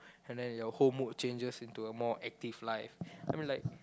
and then your whole mood changes into a more active life